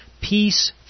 Peace